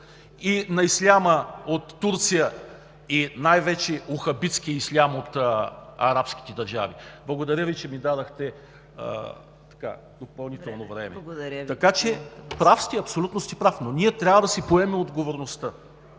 …и на исляма – от Турция, и най-вече на уахабитския ислям – от арабските държави. Благодаря, че ми дадохте допълнително време. Прав сте, абсолютно сте прав, но ние трябва ди си поемем отговорността.